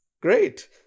Great